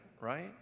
right